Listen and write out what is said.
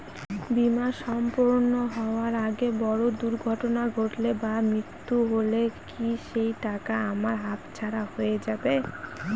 বীমা সম্পূর্ণ হওয়ার আগে বড় দুর্ঘটনা ঘটলে বা মৃত্যু হলে কি সেইটাকা আমার হাতছাড়া হয়ে যাবে?